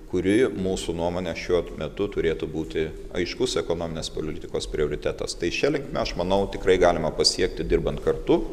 kuri mūsų nuomone šiuo metu turėtų būti aiškus ekonominės politikos prioritetas tai šia linkme aš manau tikrai galima pasiekti dirbant kartu